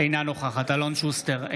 אינה נוכחת אלון שוסטר,